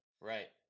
right